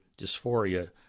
dysphoria